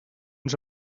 ens